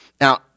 Now